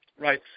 Right